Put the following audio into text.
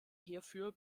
hierfür